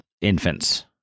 infants